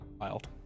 Wild